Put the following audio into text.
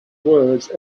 words